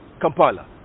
Kampala